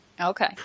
Okay